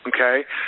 Okay